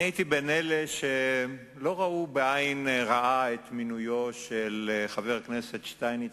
אני הייתי בין אלה שלא ראו בעין רעה את מינויו של חבר הכנסת שטייניץ,